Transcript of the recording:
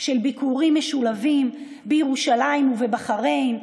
של ביקורים משולבים בירושלים ובבחריין,